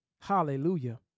Hallelujah